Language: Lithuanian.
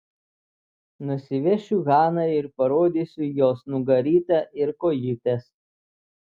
nusivešiu haną ir parodysiu jos nugarytę ir kojytes